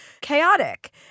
chaotic